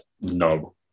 No